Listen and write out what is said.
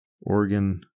Oregon